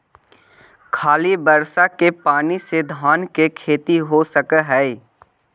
खाली बर्षा के पानी से धान के खेती हो सक हइ?